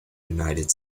united